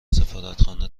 سفارتخانه